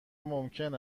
ممکن